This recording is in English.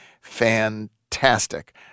fantastic